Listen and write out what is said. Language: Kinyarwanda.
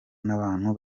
n’abantu